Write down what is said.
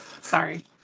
sorry